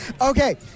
Okay